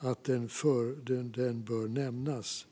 att den bör nämnas.